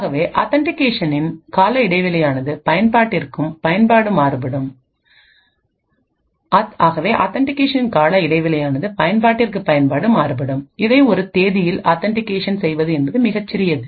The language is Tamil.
ஆகவே ஆத்தன்டிகேஷனின் கால இடைவெளி ஆனது பயன்பாட்டிற்கு பயன்பாடு மாறுபடும் இதை ஒரு தேதியில் ஆத்தன்டிகேஷன்செய்வது என்பது மிகச் சிறியது